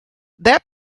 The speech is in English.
that